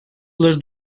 les